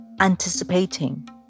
anticipating